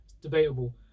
debatable